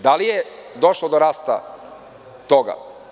Da li je došlo do rasta toga?